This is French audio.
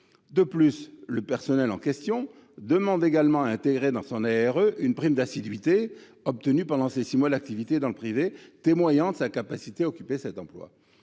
De plus, l’agent en question demande également à intégrer dans son ARE une prime d’assiduité obtenue pendant ces six mois d’activité dans le privé, prime témoignant de sa capacité à occuper cet emploi.